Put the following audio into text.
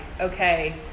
okay